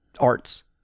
arts